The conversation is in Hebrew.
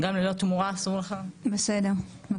בסדר.